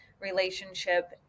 relationship